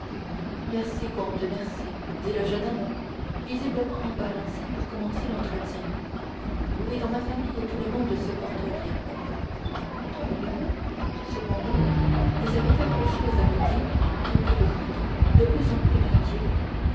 merci comte merci dit le jeune homme visiblement embarrassé pour commencer l'entretien oui dans ma famille tout le monde se porte bien tant mieux cependant vous avez quelque chose à me dire reprit le comte de plus en plus inquiet